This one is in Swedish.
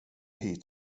hit